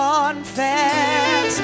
Confess